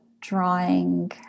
drawing